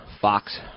Fox